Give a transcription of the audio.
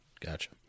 Gotcha